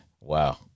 wow